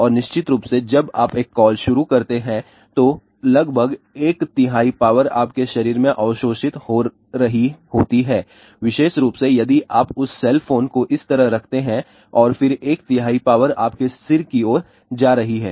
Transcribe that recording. और निश्चित रूप से जब आप एक कॉल शुरू करते हैं तो लगभग एक तिहाई पावर आपके शरीर में अवशोषित हो रही होती है विशेष रूप से यदि आप उस सेल फोन को इस तरह रखते हैं और फिर एक तिहाई पावर आपके सिर की ओर जा रही है